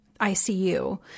ICU